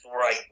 right